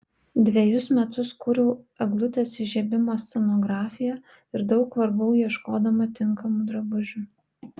dvejus metus kūriau eglutės įžiebimo scenografiją ir daug vargau ieškodama tinkamų drabužių